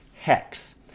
Hex